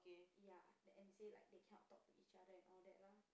ya the and say like they cannot talk to each other and all that lah